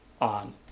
on